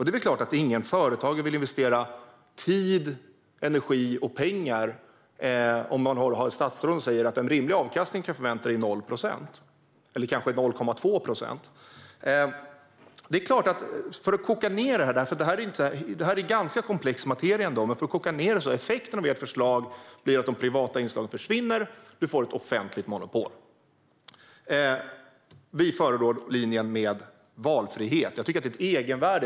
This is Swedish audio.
Det är klart att ingen företagare vill investera tid, energi och pengar om ett statsråd säger att den rimliga avkastning man kan förvänta sig är 0 procent eller kanske 0,2 procent. Det är ganska komplex materia, men om vi kokar ned det blir effekten av ert förslag att de privata inslagen försvinner och man får ett offentligt monopol. Vi föredrar valfrihet. Det har ett egenvärde.